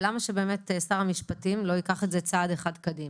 למה ששר המשפטים לא ייקח את זה צעד אחד קדימה